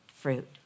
fruit